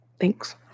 Thanks